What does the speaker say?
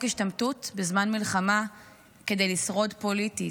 השתמטות בזמן מלחמה כדי לשרוד פוליטית.